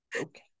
okay